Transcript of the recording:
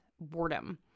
boredom